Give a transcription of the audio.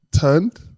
turned